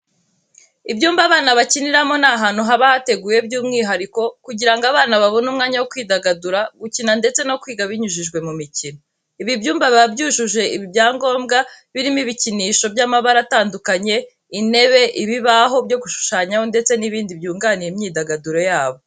Ibyumba abana bakiniramo ni ahantu haba hateguwe by'umwihariko kugira ngo abana babone umwanya wo kwidagadura, gukina ndetse no kwiga binyujijwe mu mikino. Ibi byumba biba byujuje ibyangombwa, birimo ibikinisho by'amabara atandukanye, intebe, ibibaho byo gushushanyaho ndetse n'ibindi byunganira imyidagaduro yabo.